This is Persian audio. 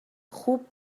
خوب